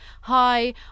hi